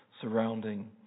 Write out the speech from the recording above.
surrounding